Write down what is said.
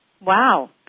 Wow